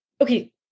okay